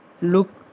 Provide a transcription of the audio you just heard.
look